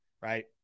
right